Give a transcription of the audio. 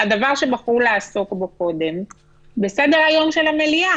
הדבר שבחרו לעסוק בו קודם, בסדר-היום של המליאה